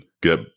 get